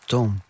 Tom